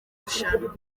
rushanwa